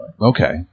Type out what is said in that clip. Okay